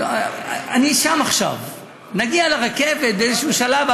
אני שם עכשיו, נגיע לרכבת באיזשהו שלב.